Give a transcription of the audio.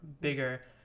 bigger